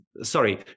sorry